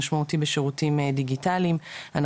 אני אגיד לך, אנחנו